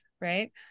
right